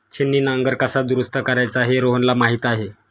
छिन्नी नांगर कसा दुरुस्त करायचा हे रोहनला माहीत आहे